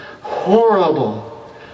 horrible